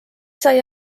sai